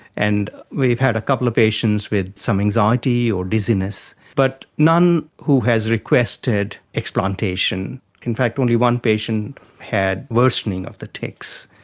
and we've had a couple of patients with some anxiety or dizziness, but none who has requested explantation. in fact only one patient had worsening of the tics,